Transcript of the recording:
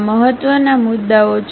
આ મહત્વના મુદ્દાઓ છે